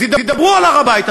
אז ידברו על הר-הבית,